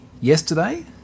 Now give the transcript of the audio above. yesterday